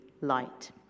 light